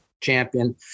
champion